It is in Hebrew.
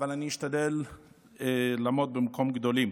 אבל אני אשתדל לעמוד במקום גדולים.